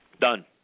Done